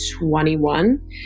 21